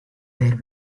their